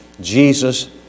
Jesus